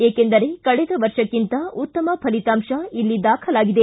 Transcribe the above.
ಏಕೆಂದರೆ ಕಳೆದ ವರ್ಷಕ್ಕೆಂತ ಉತ್ತಮ ಫಲಿತಾಂಶ ಇಲ್ಲಿ ದಾಖಲಾಗಿದೆ